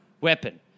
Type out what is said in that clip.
weapon